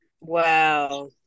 Wow